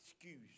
excuse